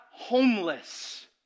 Homeless